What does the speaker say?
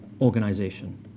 organization